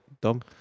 Dom